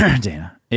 Dana